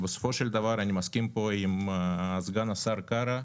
בסופו של דבר, אני מסכים פה עם סגן השר קארה,